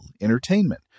entertainment